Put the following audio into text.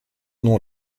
nom